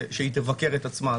תבקר את עצמה.